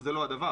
זה לא הדבר.